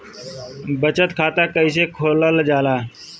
बचत खाता कइसे खोलल जाला?